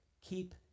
keep